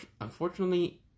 Unfortunately